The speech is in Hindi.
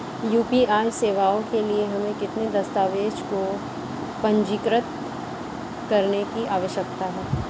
यू.पी.आई सेवाओं के लिए हमें किन दस्तावेज़ों को पंजीकृत करने की आवश्यकता है?